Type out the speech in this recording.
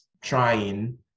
trying